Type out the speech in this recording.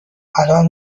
الان